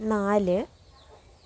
നാല്